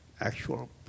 actual